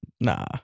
Nah